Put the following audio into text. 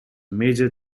major